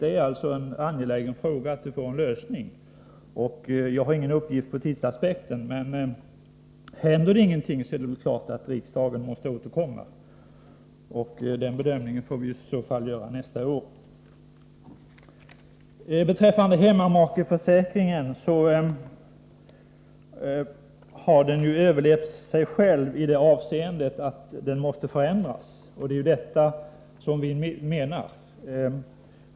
Det är alltså angeläget att få en lösning på frågan. Jag har ingen kommentar beträffande tidsaspekten, men om det inte händer någonting är det klart att riksdagen måste återkomma, och den bedömningen får i så fall göras nästa år. Hemmamakeförsäkringen har överlevt sig själv i det avseendet att den måste förändras. Det är vad vi menar.